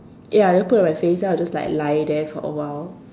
ya then put it on my face then I'll just lie there for a while